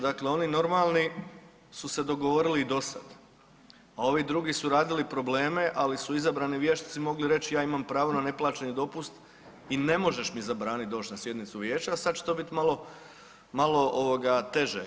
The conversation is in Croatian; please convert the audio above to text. Dakle, oni normalni su se dogovorili i do sada, a ovi drugi su radili probleme, ali su izabrani vijećnici mogli reći ja imam pravo na neplaćeni dopust i ne možeš mi zabraniti doći na sjednicu vijeća, a sada će to biti malo teže.